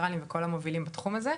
אוסטרלים וכל המובילים בתחום הזה.